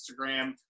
Instagram